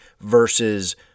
versus